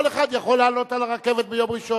כל אחד יכול לעלות על הרכבת ביום ראשון,